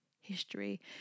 history